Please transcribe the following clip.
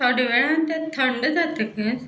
थोड्या वेळान ते थंड जातकीर